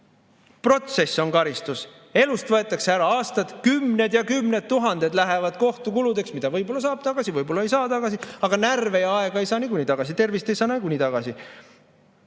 Protsess on karistus – elust võetakse ära aastaid, kümned ja kümned tuhanded lähevad kohtukuludeks, mida võib-olla saab tagasi, aga võib-olla ei saa tagasi. Aga närve ja aega ei saa nagunii tagasi, tervist ei saa nagunii